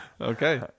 Okay